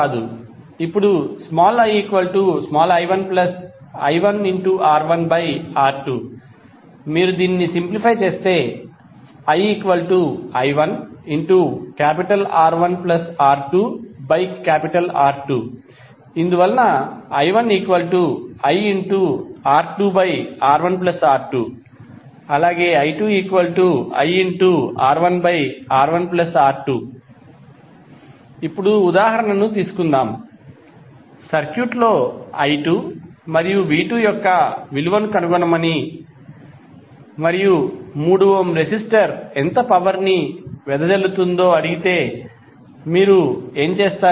ఇప్పుడు ii1i1R1R2 ఇప్పుడు మీరు సింప్లిఫై చేస్తే ii1R1R2R2 ఇందువలన i1iR2R1R2 i2iR1R1R2 ఇప్పుడు ఉదాహరణను తీసుకుందాం సర్క్యూట్లో i2 మరియు v2 యొక్క విలువను కనుగొనమని మరియు 3 ఓం రెసిస్టర్ ఎంత పవర్ ని వెదజల్లుతుందో అడిగితే మీరు ఏమి చేస్తారు